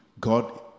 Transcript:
God